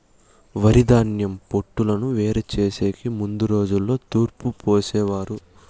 వరిధాన్యం పొట్టును వేరు చేసెకి ముందు రోజుల్లో తూర్పు పోసేవారు